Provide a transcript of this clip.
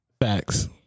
Facts